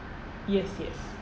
yes yes